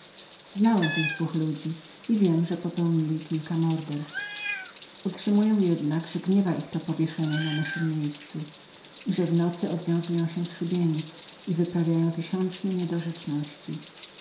znałem tych dwóch ludzi i wiem że popełnili kilka morderstw utrzymują jednak że gniewa ich to powieszenie na naszem miejscu i że w nocy odwiązują się z szubienic i wyprawiają tysiączne